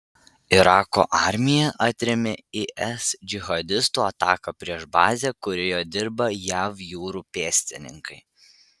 irako armija atrėmė is džihadistų ataką prieš bazę kurioje dirba jav jūrų pėstininkai